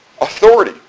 Authority